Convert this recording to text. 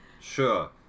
Sure